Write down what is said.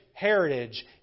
Heritage